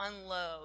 unload